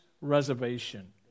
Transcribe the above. reservation